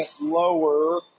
lower